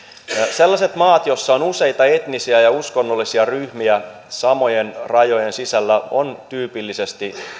sellaiset maat joissa on useita etnisiä ja uskonnollisia ryhmiä samojen rajojen sisällä ovat tyypillisesti